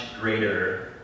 greater